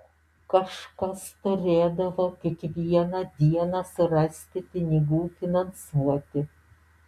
kažkas turėdavo kiekvieną dieną surasti pinigų finansuoti